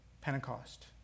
Pentecost